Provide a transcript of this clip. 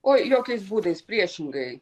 oi jokiais būdais priešingai